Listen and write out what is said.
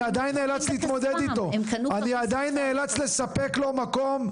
אני עדיין נאלץ לספק לו מקום,